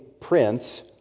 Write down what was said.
prince